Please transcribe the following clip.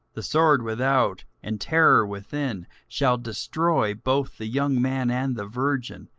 the sword without, and terror within, shall destroy both the young man and the virgin,